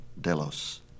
Delos